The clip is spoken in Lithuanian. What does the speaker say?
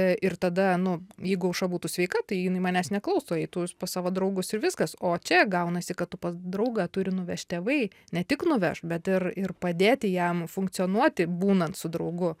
ir tada nu jeigu aušra būtų sveika tai jinai manęs neklaustų eitų pas savo draugus ir viskas o čia gaunasi kad tu pas draugą turi nuvežti tėvai ne tik nuvešt bet ir ir padėti jam funkcionuoti būnant su draugu